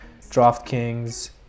DraftKings